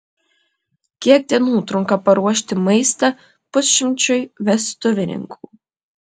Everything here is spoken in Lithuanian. kiek dienų trunka paruošti maistą pusšimčiui vestuvininkų